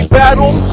battle